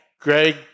Greg